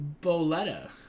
Boletta